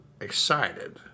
excited